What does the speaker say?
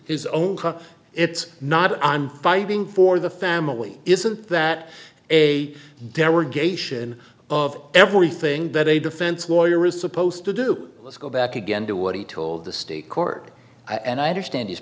his own cause it's not i'm fighting for the family isn't that a derogation of everything that a defense lawyer is supposed to do let's go back again to what he told the state court and i understand